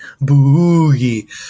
Boogie